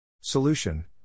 Solution